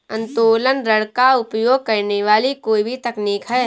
उत्तोलन ऋण का उपयोग करने वाली कोई भी तकनीक है